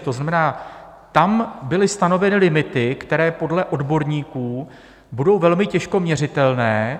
To znamená, tam byly stanoveny limity, které podle odborníků budou velmi těžko měřitelné.